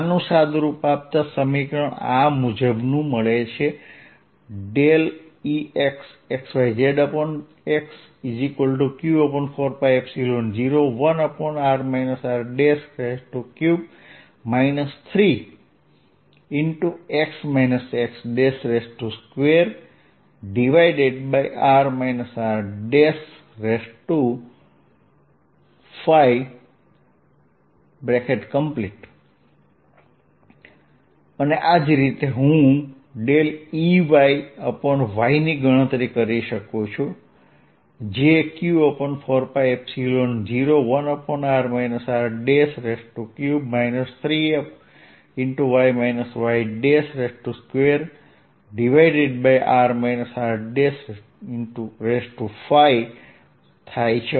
આનુ સાદુ રૂપ આપતા સમીકરણ આ મુજબનું મળે છે Exxyz∂xq4π01r r3 3x x2r r5 આ જ રીતે હું Ey∂y ની ગણતરી કરી શકું છું જે q4π01r r3 3y y2r r5 થાય છે